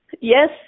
Yes